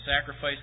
sacrifice